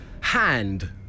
Hand